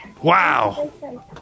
Wow